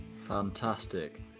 Fantastic